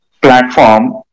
platform